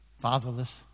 fatherless